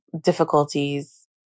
difficulties